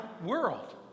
world